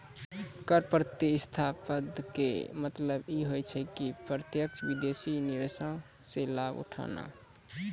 कर प्रतिस्पर्धा के मतलब इ होय छै कि प्रत्यक्ष विदेशी निवेशो से लाभ उठाना